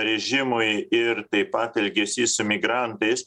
režimui ir taip pat elgesys su migrantais